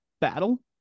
battle